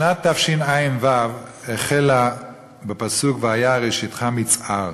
שנת תשע"ו החלה בפסוק "והיה ראשיתך מצער",